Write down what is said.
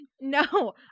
No